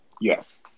Yes